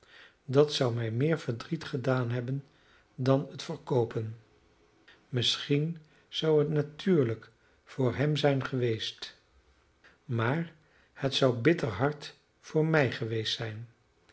dat zou mij meer verdriet gedaan hebben dan het verkoopen misschien zou het natuurlijk voor hem zijn geweest maar het zou bitter hard voor mij geweest zijn